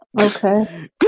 Okay